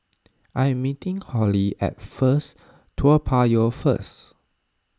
I am meeting Hollie at First Toa Payoh first